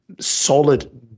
solid